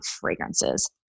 fragrances